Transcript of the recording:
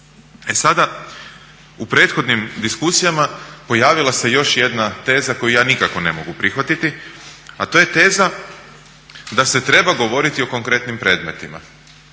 E sada, u prethodnim diskusijama pojavila se još jedna teza koju ja nikako ne mogu prihvatiti a to je teza da se treba govoriti o konkretnim predmetima.